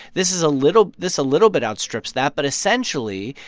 this is a little this a little bit outstrips that. but, essentially,